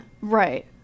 Right